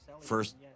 first